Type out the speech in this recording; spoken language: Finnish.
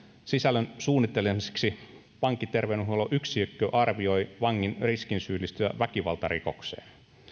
sisällön suunnittelemiseksi vankiterveydenhuollon yksikkö arvioi vangin riskin syyllistyä väkivaltarikokseen